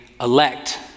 elect